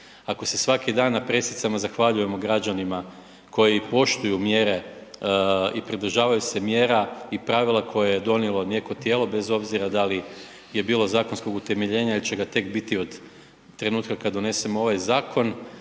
Ako se svaki dan na presicama zahvaljujemo građanima koji poštuju mjere i pridržavaju se mjera i pravila koje je donijelo neko tijelo bez obzira da li je bilo zakonskog utemeljenja ili će ga tek biti od trenutka kad donesemo ovaj zakon,